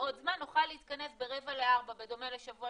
עוד זמן נוכל להתכנס ברבע לארבע בדומה לשבוע